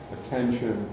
Attention